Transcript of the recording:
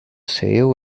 sail